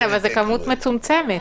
זה בכמות מצומצמת.